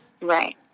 Right